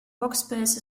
workspace